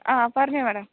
ആ പറഞ്ഞോ മാഡം